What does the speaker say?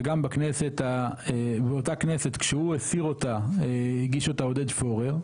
וגם בכנסת באותה כנסת כשהוא הסיר אותה הגיש אותה עודד פורר,